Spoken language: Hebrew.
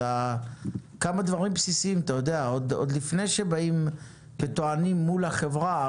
את כמה הדברים הבסיסיים עוד לפני שבאים וטוענים מול החברה.